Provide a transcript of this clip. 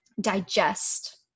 digest